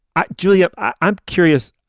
ah julia, i'm curious.